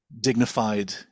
dignified